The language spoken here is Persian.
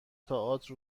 تئاتر